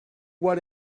what